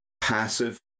passive